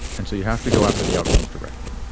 and so you have to go after the outcomes directly